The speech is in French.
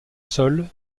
sol